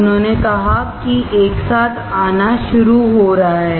उन्होंने कहा कि एक साथ आना शुरुआत है